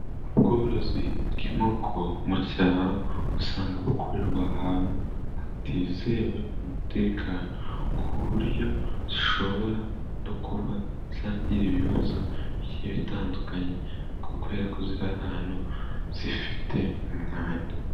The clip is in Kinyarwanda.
Ubworozi bw'inkoko mu cyaro usanga bukorerwa ahantu hatizewe umutekano ku buryo zishobora no kuba zagira ibibazoke bitandukanye kubera ko ziri ahantu zifite umwanda.